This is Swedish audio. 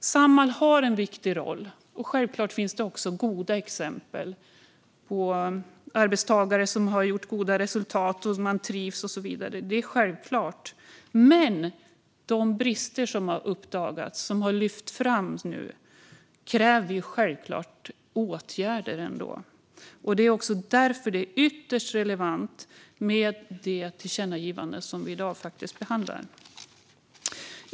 Samhall har en viktig roll, och självklart finns det exempel på arbetstagare som har gjort goda resultat och som trivs och så vidare. Men de brister som har uppdagats, som nu har lyfts fram, kräver självklart åtgärder. Det är också därför det är ytterst relevant med det tillkännagivande som vi i dag behandlar.